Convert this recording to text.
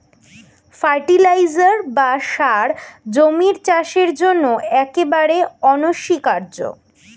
fertiliser বা সার জমির চাষের জন্য একেবারে অনস্বীকার্য